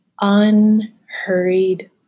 unhurried